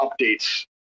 updates